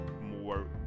more